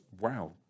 wow